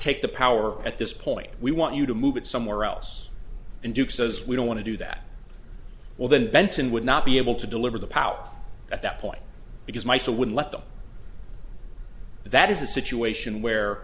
take the power at this point we want you to move it somewhere else and duke says we don't want to do that well then benton would not be able to deliver the power at that point because michael would let them that is a situation where